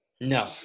No